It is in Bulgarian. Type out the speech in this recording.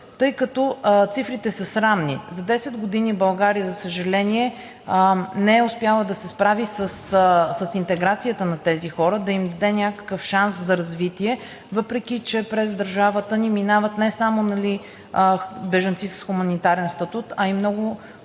тъй като цифрите са срамни? За десет години България, за съжаление, не е успяла да се справи с интеграцията на тези хора, да им даде някакъв шанс за развитие, въпреки че през държавата ни минават не само бежанци с хуманитарен статут, а и много